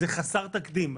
זה חסר תקדים.